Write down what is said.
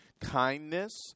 kindness